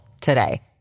today